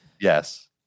Yes